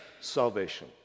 salvation